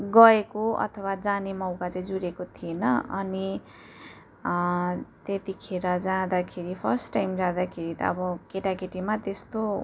गएको अथवा जाने मौका चाहिँ जुरेको थिएन अनि त्यतिखेर जाँदाखेरि फर्स्ट टाइम जाँदाखेरि त अब केटाकेटीमा त्यस्तो